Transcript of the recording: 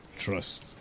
trust